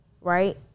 Right